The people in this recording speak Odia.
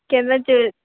କେବେ ଚଉଲ୍